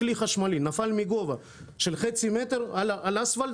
אם כלי חשמלי נפל מגובה של חצי מטר על אספלט,